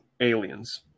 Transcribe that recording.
aliens